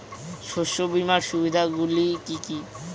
শস্য বিমার সুবিধাগুলি কি কি?